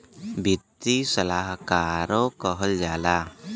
वित्तीय सलाहकारो कहल जाला